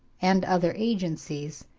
and other agencies,